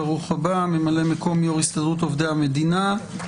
ממלא מקום יו"ר הסתדרות עובדי המדינה.